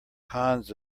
cons